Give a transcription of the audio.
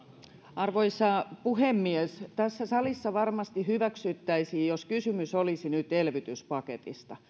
arvoisa puhemies tässä salissa varmasti hyväksyttäisiin jos kysymys olisi nyt elvytyspaketista